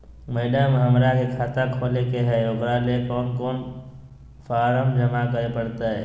Madam, हमरा के खाता खोले के है उकरा ले कौन कौन फारम जमा करे परते?